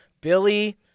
Billy